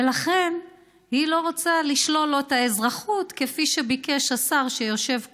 ולכן היא לא רוצה לשלול לו את האזרחות כפי שביקש השר שיושב כאן,